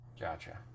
Gotcha